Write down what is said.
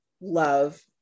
love